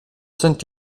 sind